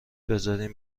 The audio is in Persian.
بذارین